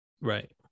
Right